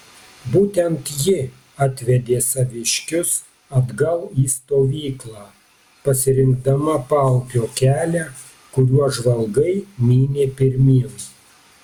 būtent ji atvedė saviškius atgal į stovyklą pasirinkdama paupio kelią kuriuo žvalgai mynė pirmyn